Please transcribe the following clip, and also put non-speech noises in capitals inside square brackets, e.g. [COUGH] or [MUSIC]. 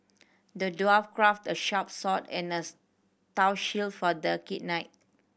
the dwarf crafted a sharp sword and a [UNINTELLIGIBLE] tough shield for the knight